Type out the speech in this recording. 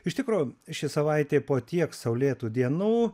iš tikro ši savaitė po tiek saulėtų dienų